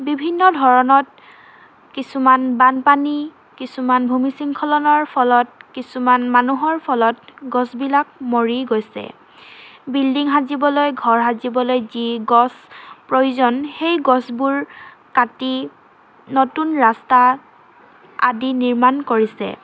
বিভিন্ন ধৰণত কিছুমান বানপানী কিছুমান ভূমি শৃংখলনৰ ফলত কিছুমান মানুহৰ ফলত গছবিলাক মৰি গৈছে বিল্ডিং সাজিবলৈ ঘৰ সাজিবলৈ যি গছ প্ৰয়োজন সেই গছবোৰ কাটি নতুন ৰাস্তা আদি নিৰ্মাণ কৰিছে